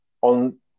on